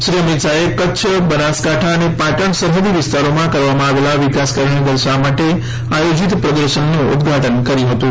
શ્રી અમિતશાહે કચ્છ બનાસકાઠાં અને પાટણ સરહદી વિસ્તારોમાં કરવામાં આવેલાં વિકાસ કાર્યોને દર્શાવવા માટે આયોજીત પ્રદર્શનનું ઉધ્ધાટન કર્યુ હતું